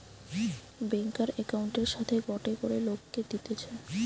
ব্যাংকার একউন্টের সাথে গটে করে লোককে দিতেছে